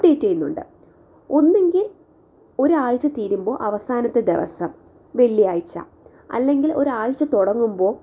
update ചെയ്യുന്നുണ്ട് ഒന്നുകിൽ ഒരാഴ്ച തീരുമ്പോൾ അവസാനത്തെ ദിവസം വെള്ളിയാഴ്ച അല്ലെങ്കിൽ ഒരാഴ്ച്ച തുടങ്ങുമ്പോൾ